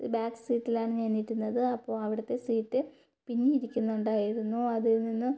back സീറ്റിൽ ആണ് ഞാനിരുന്നത് അപ്പോൾ അവിടുത്തെ സീറ്റ് പിന്നി ഇരിക്കുന്നുണ്ടായിരുന്നു അതിൽ നിന്ന്